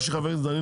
ההצעה המקורית שלנו